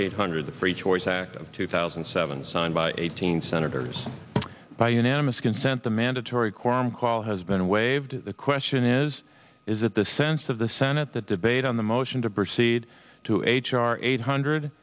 eight hundred the free choice act of two thousand and seven signed by eighteen senators by unanimous consent the mandatory quorum call has been waived the question is is that the sense of the senate the debate on the motion to proceed to h r eight hundred